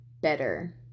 better